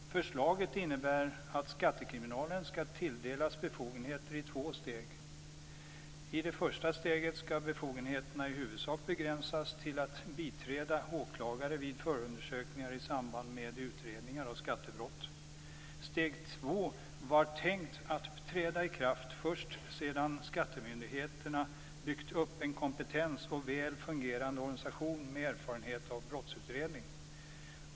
Förslaget innebär att skattekriminalen skall tilldelas befogenheter i två steg. I det första steget skall befogenheterna i huvudsak begränsas till att biträda åklagare vid förundersökningar i samband med utredningar av skattebrott. Steg två var tänkt att träda i kraft först sedan skattemyndigheterna byggt upp en kompetens och en väl fungerande organisation med erfarenhet av brottsutredning.